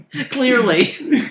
clearly